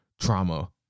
trauma